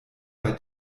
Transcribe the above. bei